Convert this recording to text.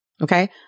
okay